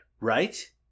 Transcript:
right